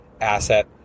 asset